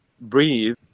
breathe